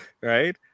right